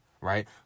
right